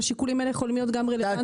ושיקולים אלה יכולים להיות גם רלוונטיים פה.